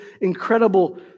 incredible